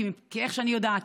כי ממה שאני יודעת